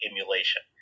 emulation